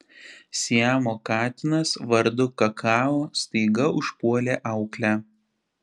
siamo katinas vardu kakao staiga užpuolė auklę